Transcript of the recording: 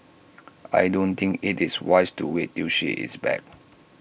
I don't think IT is wise to wait till she is back